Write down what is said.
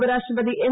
ഉപരാഷ്ട്രപതി എം